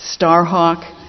Starhawk